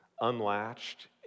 unlatched